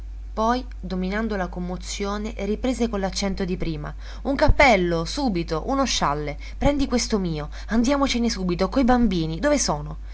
poi dominando la commozione riprese con l'accento di prima un cappello subito uno scialle prendi questo mio andiamocene subito coi bambini dove sono